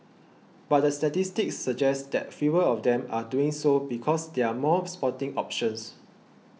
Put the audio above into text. but the statistics suggest that fewer of them are doing so because there are more sporting options